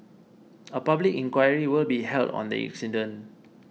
a public inquiry will be held on the incident